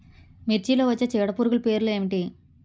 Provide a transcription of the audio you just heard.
మిర్చిలో వచ్చే చీడపురుగులు పేర్లు ఏమిటి?